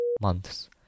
months